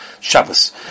Shabbos